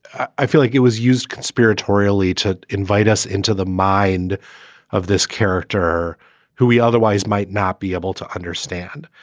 i feel like it was used conspiratorially to invite us into the mind of this character who we otherwise might not be able to understand.